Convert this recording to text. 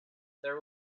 there